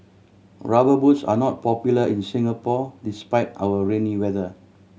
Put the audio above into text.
Rubber Boots are not popular in Singapore despite our rainy weather